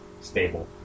stable